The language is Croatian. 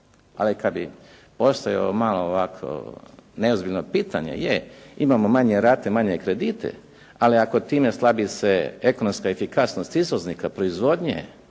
Ali kad bi postojao malo ovako neozbiljno pitanje. Je, imamo manje rate i manje kredite, ali ako time slabi se ekonomska efikasnost izvoznika proizvodnje